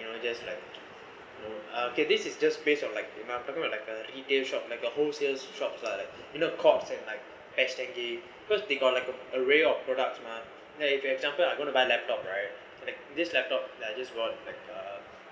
you know just like okay this is just based on like we are talking about like a retail shop like a whole sales shops lah like you know corp and like ash tangy because they got like a array of products mah then if example I'm going to buy laptop right like this laptop then I just bought